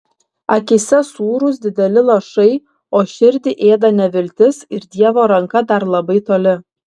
akyse sūrūs dideli lašai o širdį ėda neviltis ir dievo ranka dar labai toli